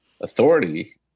authority